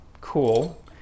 cool